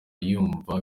yumva